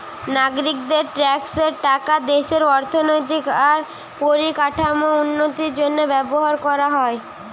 নাগরিকদের ট্যাক্সের টাকা দেশের অর্থনৈতিক আর পরিকাঠামোর উন্নতির জন্য ব্যবহার কোরা হয়